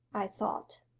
i thought.